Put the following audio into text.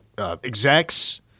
Execs